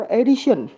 edition